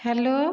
hello